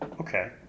Okay